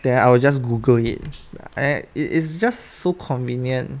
then I will just Google it and it is just so convenient